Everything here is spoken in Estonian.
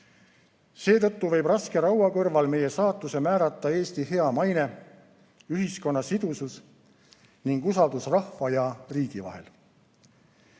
Seetõttu võib raske raua kõrval meie saatuse määrata Eesti hea maine, ühiskonna sidusus ning usaldus rahva ja riigi vahel.